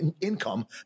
income